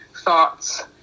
thoughts